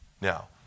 Now